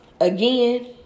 Again